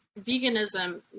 veganism